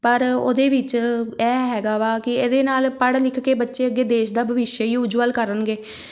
ਪਰ ਉਹਦੇ ਵਿੱਚ ਇਹ ਹੈਗਾ ਵਾ ਕਿ ਇਹਦੇ ਨਾਲ ਪੜ੍ਹ ਲਿਖ ਕੇ ਬੱਚੇ ਅੱਗੇ ਦੇਸ਼ ਦਾ ਬਵਿਸ਼ਯ ਹੀ ਉਜਵਲ ਕਰਨਗੇ